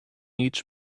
each